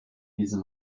diese